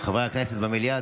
חברי הכנסת במליאה,